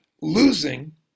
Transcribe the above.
losing